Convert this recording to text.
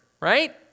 right